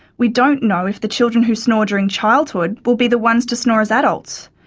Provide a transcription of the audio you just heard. we don't know if the children who snore during childhood will be the ones to snore as adults.